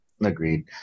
Agreed